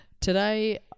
today –